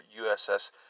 USS